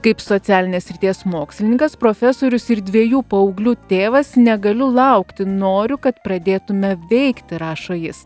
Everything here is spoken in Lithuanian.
kaip socialinės srities mokslininkas profesorius ir dviejų paauglių tėvas negaliu laukti noriu kad pradėtume veikti rašo jis